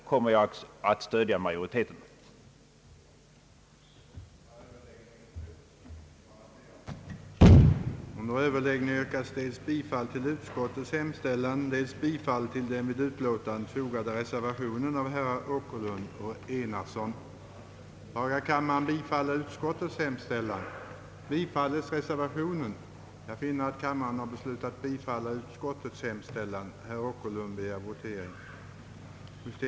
Reservanterna hade bland annat förutsatt, att Kungl. Maj:t i vart fall skulle uppskjuta ikraftträdandet av beslut om judiciella indelningsändringar i Kalmar län till en tidpunkt, då riksdagen prövat principfrågorna.